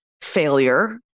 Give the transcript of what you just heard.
failure